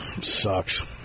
Sucks